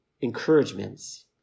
encouragements